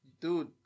dude